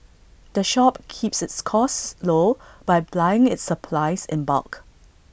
the shop keeps its costs low by buying its supplies in bulk